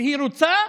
כשהיא רוצה,